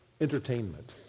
entertainment